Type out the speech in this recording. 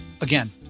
Again